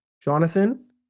Jonathan